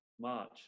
March